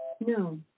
No